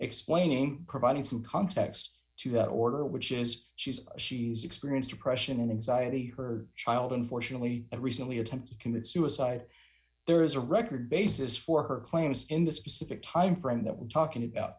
explaining providing some context to that order which is she says she's experienced depression and anxiety her child unfortunately recently attempts to commit suicide there is a record basis for her claims in the specific timeframe that we're talking about